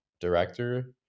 director